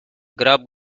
grub